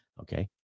Okay